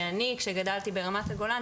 שאני שגדלתי ברמת הגולן,